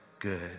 good